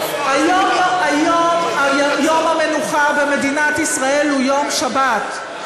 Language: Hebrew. היום, יום המנוחה במדינת ישראל הוא יום שבת.